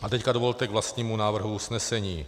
A teď dovolte k vlastnímu návrhu usnesení.